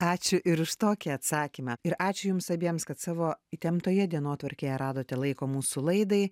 ačiū ir už tokį atsakymą ir ačiū jums abiems kad savo įtemptoje dienotvarkėje radote laiko mūsų laidai